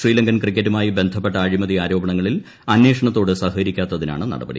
ശ്രീലങ്കൻ ക്രിക്കറ്റുമായി ബന്ധപ്പെട്ട അഴിമതി ആരോപണങ്ങളിൽ അന്വേഷണത്തോട് സഹകരിക്കാത്തിനാണ് നടപടി